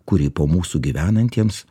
kuri po mūsų gyvenantiems